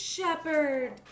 Shepherd